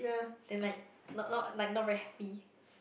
then like not not like not very happy